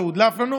כשהודלף לנו,